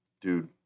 dude